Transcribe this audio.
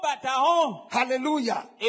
Hallelujah